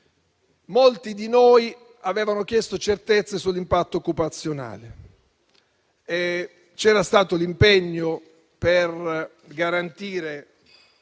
molti di noi avevano chiesto certezze sull'impatto occupazionale. C'era stato l'impegno per garantire